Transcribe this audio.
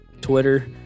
Twitter